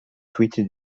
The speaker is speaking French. fuite